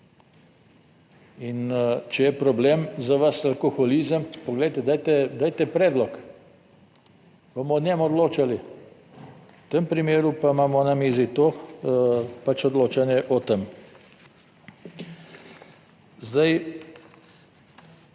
In če je problem za vas alkoholizem, poglejte, dajte predlog, bomo o njem odločali, v tem primeru pa imamo na mizi to, pač odločanje o tem. Zdaj,